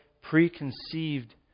preconceived